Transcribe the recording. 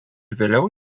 vėliau